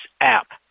app